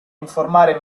informare